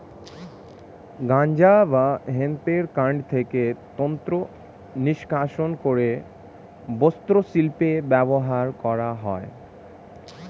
গাঁজা বা হেম্পের কান্ড থেকে তন্তু নিষ্কাশণ করে বস্ত্রশিল্পে ব্যবহার করা হয়